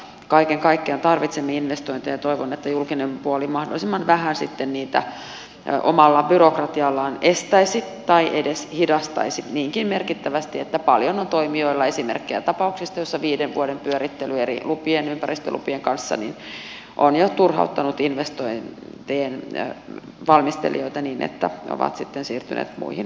kaiken kaikkiaan tarvitsemme investointeja ja toivon että julkinen puoli mahdollisimman vähän sitten niitä omalla byrokratiallaan estäisi tai edes hidastaisi niinkin merkittävästi että paljon on toimijoilla esimerkkejä tapauksista joissa viiden vuoden pyörittely eri lupien ympäristölupien kanssa on jo turhauttanut investointien valmistelijoita niin että he ovat sitten siirtyneet muihin hommiin